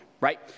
right